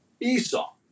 Esau